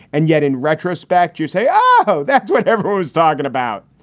and yet, in retrospect, you say, oh, that's what everyone is talking about.